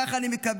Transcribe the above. כך אני מקווה,